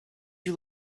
you